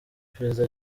perezida